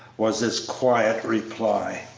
was his quiet reply.